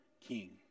king